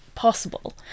possible